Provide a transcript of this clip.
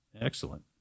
Excellent